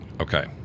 Okay